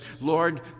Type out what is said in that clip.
Lord